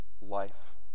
life